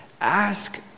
Ask